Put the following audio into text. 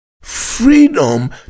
Freedom